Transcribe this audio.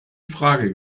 frage